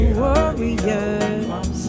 warriors